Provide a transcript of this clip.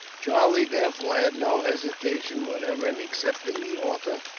charlie, therefore, had no hesitation whatever in accepting the offer.